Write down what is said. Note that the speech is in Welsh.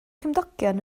cymdogion